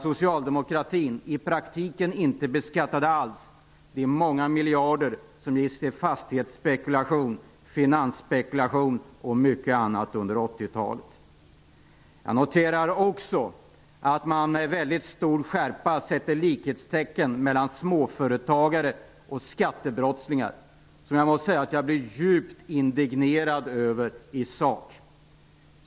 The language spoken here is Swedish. Socialdemokratin däremot beskattade i praktiken inte alls de många miljarder som gick till fastighetsspekulation, finansspekulation och mycket annat under 80-talet. Vidare noterar jag att man med väldigt stor skärpa sätter likhetstecken mellan småföretagare och skattebrottslingar, något som jag måste säga att jag i sak blir djupt indignerad över.